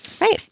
right